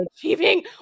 achieving